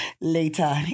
later